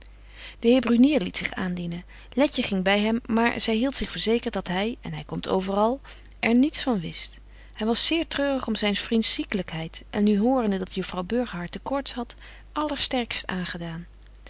de heer brunier liet zich aandienen letje ging by hem maar zy hieldt zich verzekert dat hy en hy komt overal er niets van wist hy was zeer treurig om zyns vriends ziekelykheid en nu horende dat juffrouw burgerhart de koorts hadt allersterkst aangedaan